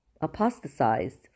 apostatized